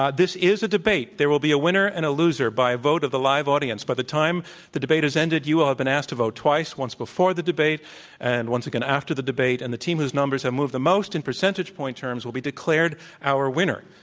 ah this is a debate. there will be a winner and a loser by a vote of the live audience. by the time the debate has ended, you will have been asked to vote twice once before the debate and once again after the debate. and the team whose numbers have moved the most in percentage point terms will be declared our winner.